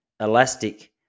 elastic